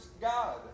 God